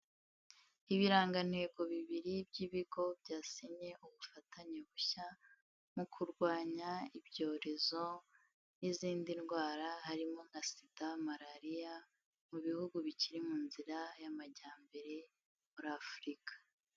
Ibirangantego bibiri by'ibigo byasinye ubufatanye bushya mu kurwanya ibyorezo n'izindi ndwara, harimo nka SIDA, malariya, mu bihugu bikiri mu nzira y'amajyambere muri Afurika.